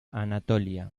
anatolia